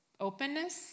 openness